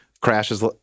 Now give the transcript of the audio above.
crashes